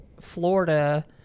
Florida